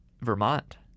Vermont